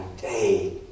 day